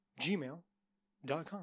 gmail.com